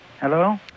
Hello